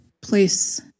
place